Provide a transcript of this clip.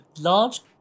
large